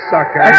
Sucker